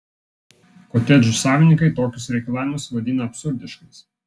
kotedžų savininkai tokius reikalavimus vadina absurdiškais